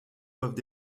doivent